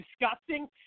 disgusting